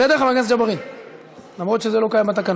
בסדר, חבר הכנסת ג'בארין?